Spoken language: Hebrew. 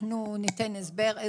אנחנו ניתן הסבר.